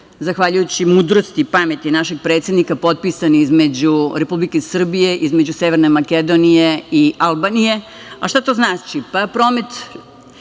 zahvaljujući mudrosti i pameti našeg predsednika, potpisan između Republike Srbije, Severne Makedonije i Albanije. Šta to znači? Promet